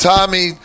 Tommy